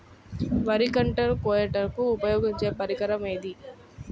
వరి పంట కోయుటకు ఉపయోగించే పరికరం ఏది?